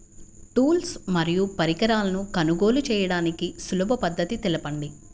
Tools మరియు పరికరాలను కొనుగోలు చేయడానికి సులభ పద్దతి తెలపండి?